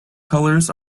colors